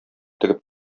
тегеп